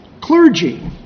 clergy